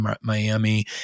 Miami